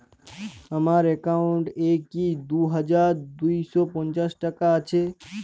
আমার অ্যাকাউন্ট এ কি দুই হাজার দুই শ পঞ্চাশ টাকা আছে?